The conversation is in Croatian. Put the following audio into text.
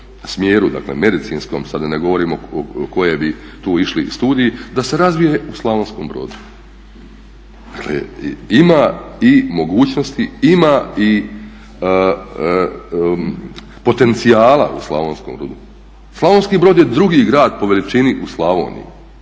smjeru, dakle medicinskom, sad da ne govorimo koji bi tu išli studiji, da se razvije u Slavonskom Brodu. Dakle, ima i mogućnosti, ima i potencijala u Slavonskom Brodu. Slavonski Brod je drugi grad po veličini u Slavoniji.